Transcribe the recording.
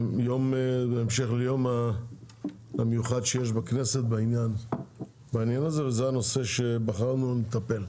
המשך ליום המיוחד שיש בכנסת בעניין הזה וזה הנושא שבחרנו לטפל.